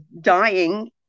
dying